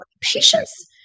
patients